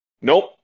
Nope